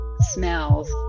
smells